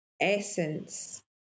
essence